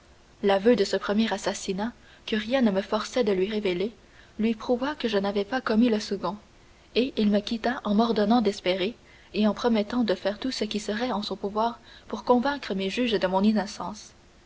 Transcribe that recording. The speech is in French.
l'aveu de ce premier assassinat que rien ne me forçait de lui révéler lui prouva que je n'avais pas commis le second et il me quitta en m'ordonnant d'espérer et en promettant de faire tout ce qui serait en son pouvoir pour convaincre mes juges de mon innocence